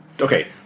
Okay